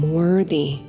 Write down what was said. worthy